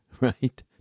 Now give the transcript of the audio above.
right